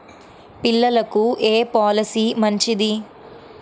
పిల్లలకు ఏ పొలసీ మంచిది?